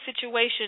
situation